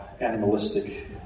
animalistic